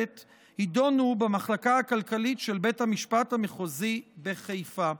יידונו במחלקה הכלכלית של בית המשפט המחוזי בחיפה.